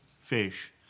fish